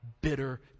bitter